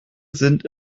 sind